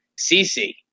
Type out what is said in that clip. cc